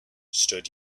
stood